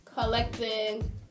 collecting